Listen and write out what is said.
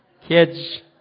Kids